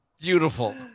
beautiful